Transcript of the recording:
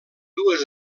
dues